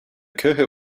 kirche